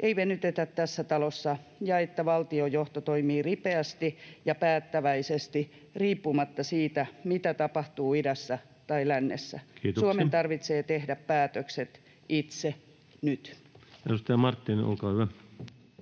ei venytetä tässä talossa ja että valtiojohto toimii ripeästi ja päättäväisesti riippumatta siitä, mitä tapahtuu idässä tai lännessä. [Puhemies: Kiitoksia!] Suomen tarvitsee tehdä päätökset itse, nyt. [Speech 161] Speaker: